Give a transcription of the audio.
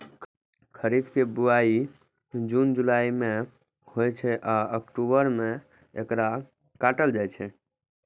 खरीफ के बुआई जुन जुलाई मे होइ छै आ अक्टूबर मे एकरा काटल जाइ छै